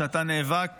שאתה נאבק